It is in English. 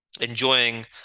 enjoying